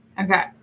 Okay